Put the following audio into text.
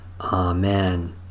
Amen